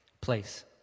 place